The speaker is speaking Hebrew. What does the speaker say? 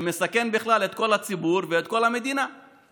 אתמול היינו 17 שעות בדיון בוועדה המיוחדת שמחליפה את ועדת החוקה,